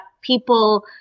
people